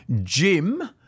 Jim